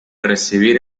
recibir